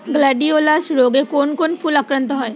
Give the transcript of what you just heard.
Gladiolus রোগে কোন কোন ফুল আক্রান্ত হয়?